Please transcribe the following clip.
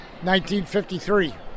1953